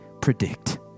predict